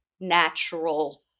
natural